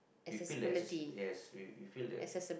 we fill the access~ yes we feel the